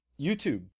YouTube